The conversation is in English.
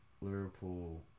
Liverpool